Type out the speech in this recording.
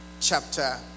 chapter